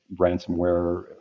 ransomware